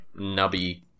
nubby